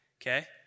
okay